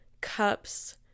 cups